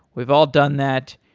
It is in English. we've all done that,